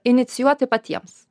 inicijuoti patiems